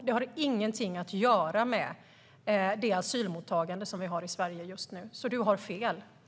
Det har ingenting att göra med det asylmottagande som vi har i Sverige just nu. Du har alltså fel, Markus Wiechel.